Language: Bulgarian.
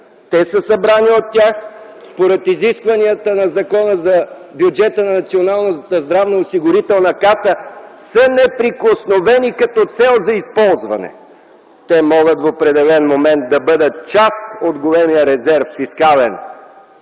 те са събрани от тях. Според изискванията на Закона за бюджета на Националната здравноосигурителна каса са неприкосновени като цел за използване. Те могат в определен момент да бъдат част от големия фискален